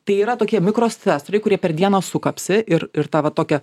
tai yra tokie mikrostresoriai kurie per dieną suklapsi ir ir ta va tokią